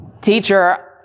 teacher